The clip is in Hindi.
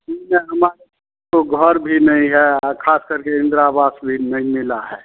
हमारे तो घर भी नहीं है और ख़ास करके इंद्रा आवास भी नहीं मिला हे